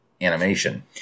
animation